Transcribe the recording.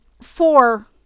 four